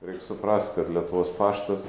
reik suprast kad lietuvos paštas